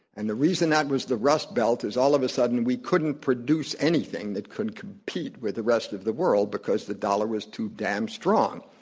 and the reason that was the rust belt is all of a sudden we couldn't produce anything that could compete with the rest of the world because the dollar was too damn strong.